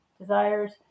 desires